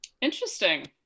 Interesting